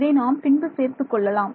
இதை நாம் பின்பு சேர்த்துக் கொள்ளலாம்